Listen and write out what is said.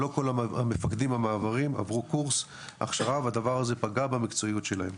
לא כל המפקדים במעברים עברו קורס הכשרה והדבר הזה פגע במקצועיות שלהם.